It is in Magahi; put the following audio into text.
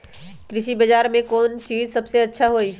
कृषि बजार में कौन चीज सबसे अच्छा होई?